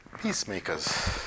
Peacemakers